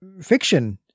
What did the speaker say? fiction